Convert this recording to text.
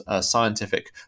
scientific